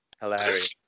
Hilarious